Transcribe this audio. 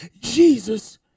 Jesus